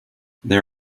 there